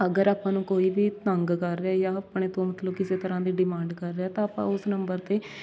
ਅਗਰ ਆਪਾਂ ਨੂੰ ਕੋਈ ਵੀ ਤੰਗ ਕਰ ਰਿਹਾ ਜਾਂ ਆਪਣੇ ਤੋਂ ਮਤਲਬ ਕਿਸੇ ਤਰ੍ਹਾਂ ਦੀ ਡਿਮਾਂਡ ਕਰ ਰਿਹਾ ਤਾਂ ਆਪਾਂ ਉਸ ਨੰਬਰ 'ਤੇ